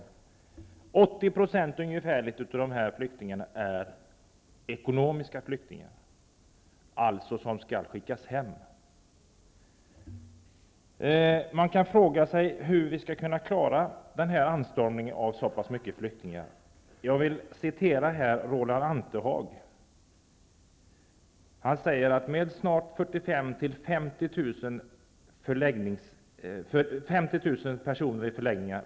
Ungefär 80 % av dessa flyktingar är ekonomiska flyktingar, som skall skickas hem. Man kan fråga sig hur vi skall kunna klara anstormningen av flyktingar. Jag vill hänvisa till Roland Antehag som varnar för att det blir kritiskt med 50 000 personer i förläggningar.